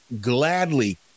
gladly